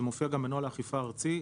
זה מופיע גם בנוהל האכיפה הארצי,